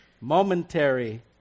momentary